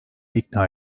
ikna